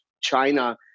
China